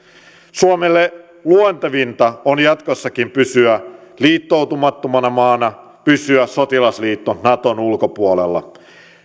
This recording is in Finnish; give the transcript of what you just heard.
suomelle luontevinta on jatkossakin pysyä liittoutumattomana maana pysyä sotilasliitto naton ulkopuolella